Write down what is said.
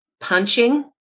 punching